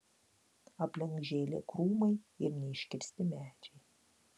aplink žėlė krūmai ir neiškirsti medžiai